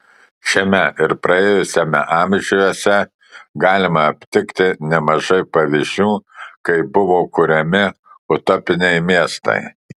šiame ir praėjusiame amžiuose galima aptikti nemažai pavyzdžių kai buvo kuriami utopiniai miestai